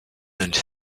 and